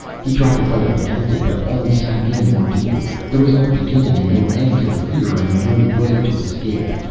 he tried to fight up against it, but only sank in more deeply. there was no beginning and no end to the fear and no way to escape.